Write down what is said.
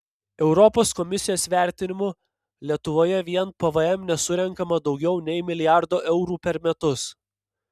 europos komisijos vertinimu lietuvoje vien pvm nesurenkama daugiau nei milijardo eurų per metus